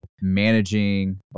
managing